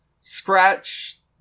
Scratch